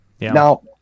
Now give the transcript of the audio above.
now